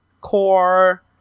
core